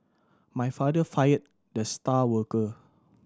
my father fired the star worker